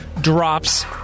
drops